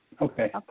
Okay